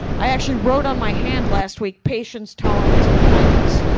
i actually wrote on my hand last week, patience, tolerance, and kindness.